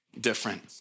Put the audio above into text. different